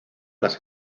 las